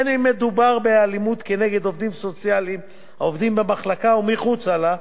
בין שמדובר באלימות נגד עובדים סוציאליים העובדים במחלקה או מחוץ לה,